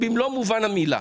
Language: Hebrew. במלוא מובן המילה.